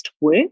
work